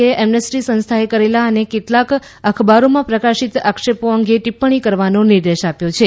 એ Amnesty સંસ્થાએ કરેલા અને કેટલાંક અખબારોમાં પ્રકાશિત આક્ષેપો અંગે ટિપ્પણી કરવાનો નિર્દેશ આપ્યો છે